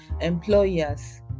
employers